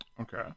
Okay